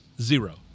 Zero